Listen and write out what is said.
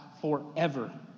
forever